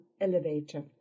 elevator